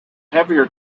heavier